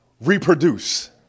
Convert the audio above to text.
reproduce